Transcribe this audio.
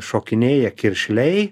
šokinėja kiršliai